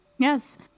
Yes